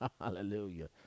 Hallelujah